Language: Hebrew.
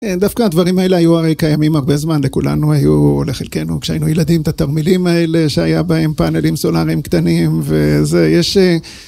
אמ.. דווקא הדברים האלה היו הרי קיימים הרבה זמן, לכולנו היו לחלקנו כשהיינו ילדים, את התרמילים האלה שהיה בהם פאנלים סולאריים קטנים ואה..זה, יש אה...